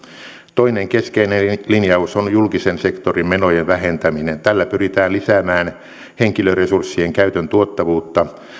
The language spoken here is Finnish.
toinen keskeinen linjaus on julkisen sektorin menojen vähentäminen tällä pyritään lisäämään henkilöresurssien käytön tuottavuutta